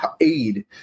aid